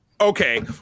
okay